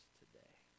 today